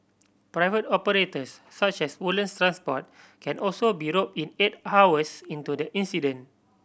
private operators such as Woodlands Transport can also be rope in eight hours into the incident